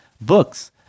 Books